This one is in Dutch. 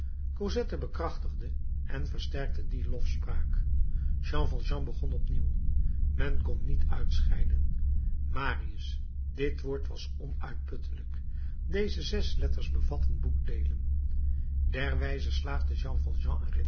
cosette bekrachtigde en versterkte die lofspraak jean valjean begon opnieuw men kon niet uitscheiden marius dit woord was onuitputtelijk deze zes letters bevatten boekdeelen derwijze slaagde jean